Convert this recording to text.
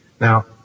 Now